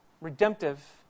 redemptive